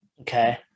Okay